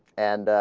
and ah.